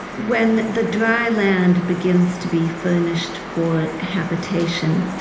when the dry land begins to be furnished for habitation,